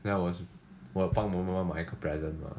then I was 我帮我妈妈买一个 present mah